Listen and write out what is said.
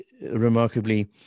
remarkably